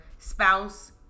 spouse